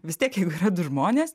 vis tiek jeigu yra du žmonės